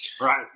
Right